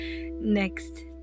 next